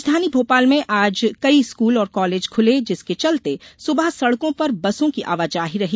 राजधानी भोपाल में आज कई स्कूल और कॉलेज खूले जिसके चलते सुबह सड़कों पर बसों की आवाजाही रही